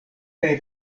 kaj